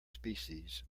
species